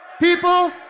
People